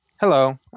Hello